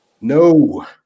No